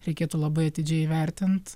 reikėtų labai atidžiai įvertint